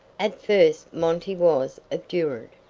at first monty was obdurate,